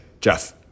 Jeff